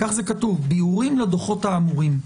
כך זה כתוב ביאורים לדוחות האמורים.